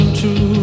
true